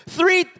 Three